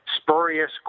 spurious